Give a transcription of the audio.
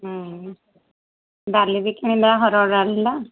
ହୁଁ ଡାଲି ବି କିଣିଦେବା ହରଡ଼ ଡାଲିଟା